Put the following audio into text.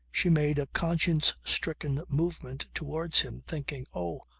she made a conscience-stricken movement towards him thinking oh!